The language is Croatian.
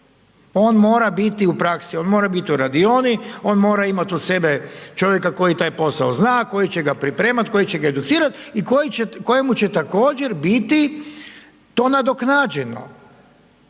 on mora biti u praksi, on mora biti u radioni, on mora imati uz sebe čovjeka koji taj posao zna, koji će ga pripremat, koji će ga educirat i koji će, kojemu će također biti to nadoknađeno